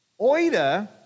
Oida